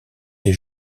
des